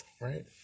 right